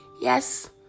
yes